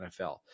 NFL